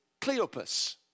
Cleopas